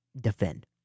defend